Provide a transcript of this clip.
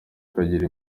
kagira